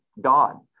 God